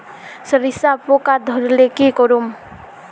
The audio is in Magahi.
सरिसा पूका धोर ले की करूम?